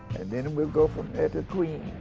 and then we'll go from there to queens.